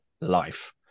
life